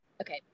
Okay